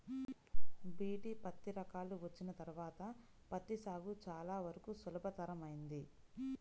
BT పత్తి రకాలు వచ్చిన తర్వాత పత్తి సాగు చాలా వరకు సులభతరమైంది